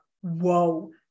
Whoa